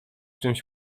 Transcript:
czymś